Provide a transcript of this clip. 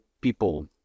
people